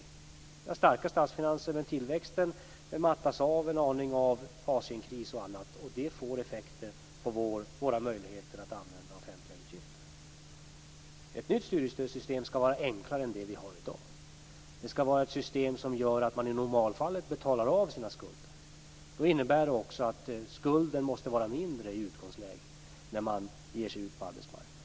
Vi har starka statsfinanser, men tillväxten mattas av en aning av Asienkrisen och annat, och det får effekter på våra möjligheter att använda offentliga utgifter. Ett nytt studiestödssystem skall vara enklare än det vi har i dag. Det skall vara ett system som gör att man i normalfallet betalar av sina skulder. Det innebär också att skulden måste vara mindre i utgångsläget när man ger sig ut på arbetsmarknaden.